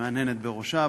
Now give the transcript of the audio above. מהנהנת בראשה,